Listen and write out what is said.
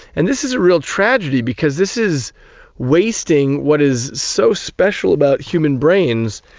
and this is a real tragedy because this is wasting what is so special about human brains.